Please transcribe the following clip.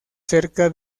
cerca